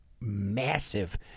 massive